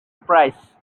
price